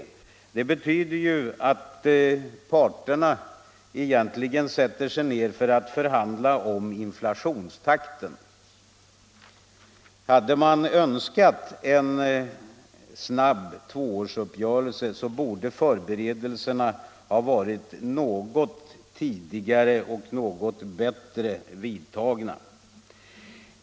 Det betyder att parterna egentligen sätter sig ned för att förhandla om inflationstakten. Hade man önskat en snabb tvåårsuppgörelse borde förberedelserna ha varit något bättre och något tidigare vidtagna.